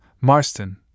Marston